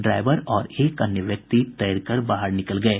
driver और एक अन्य व्यक्ति तैरकर बाहर निकल गये